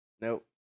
Nope